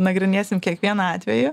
nagrinėsim kiekvieną atvejį